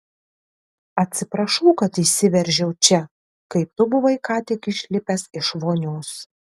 atsiprašau kad įsiveržiau čia kai tu buvai ką tik išlipęs iš vonios